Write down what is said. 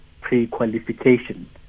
pre-qualification